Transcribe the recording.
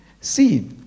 See